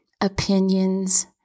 opinions